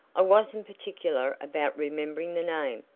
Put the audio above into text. i wasn't particular about remembering the name,